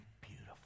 beautiful